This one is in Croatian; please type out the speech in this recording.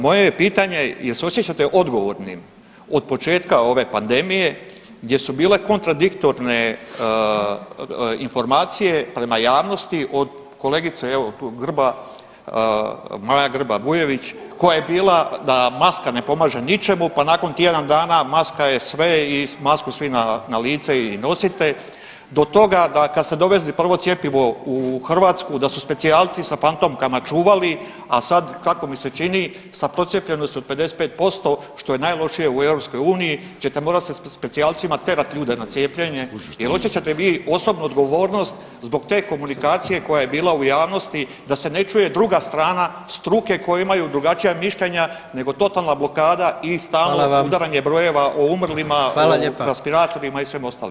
Moje je pitanje, jel se osjećate odgovornim od početka ove pandemije gdje su bile kontradiktorne informacije prema javnosti od kolegice evo tu Grba, Maja Grba Bujević koja je bila da maska ne pomaže ničemu, pa nakon tjedan dana maska je sve i masku svi na lice i nosite do toga da kad ste dovezli prvo cjepivo u Hrvatsku da su specijalci sa fantomkama čuvali, a sad kako mi se čini sa procijepljenosti od 55% što je najlošije u EU ćete morat sa specijalcima tjerat ljude na cijepljenje, jel osjećate vi osobnu odgovornost zbog te komunikacije koja je bila u javnosti da se ne čuje druga strana struke koja imaju drugačija mišljenja nego totalna blokada i stalno udaranje brojeva o umrlima, o respiratorima i svemu ostalom?